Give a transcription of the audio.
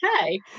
Okay